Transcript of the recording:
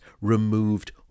removed